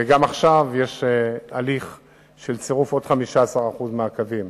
ועכשיו גם יש הליך של צירוף עוד 15% מהקווים